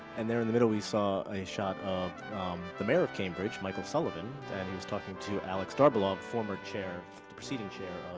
and there in the middle, we saw a shot of the mayor of cambridge, michael sullivan. and he was talking to alex d'arbeloff, former chair the preceding chair